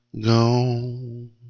gone